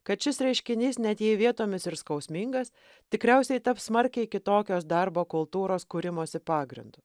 kad šis reiškinys net jei vietomis ir skausmingas tikriausiai taps smarkiai kitokios darbo kultūros kūrimosi pagrindu